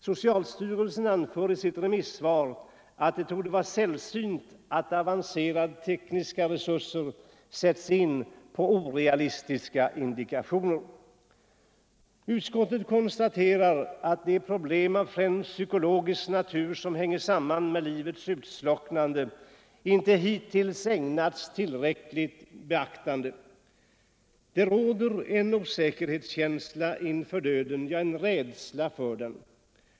Socialstyrelsen anför i sitt remissyttrande att det torde vara sällsynt att avancerade tekniska resurser sätts in på orealistiska indikationer. Utskottet konstaterar att de problem av främst psykologisk natur som hänger samman med livets utslocknande hittills inte har ägnats tillräckligt beaktande. Det råder en osäkerhetskänsla inför döden — ja, en rädsla för den.